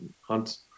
hunts